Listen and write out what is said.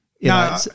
No